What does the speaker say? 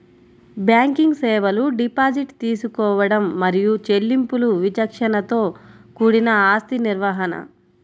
banking సేవలు deposit తీసుకోవడం మరియు చెల్లింపులు విచక్షణతో కూడిన ఆస్తి నిర్వహణ,